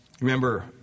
Remember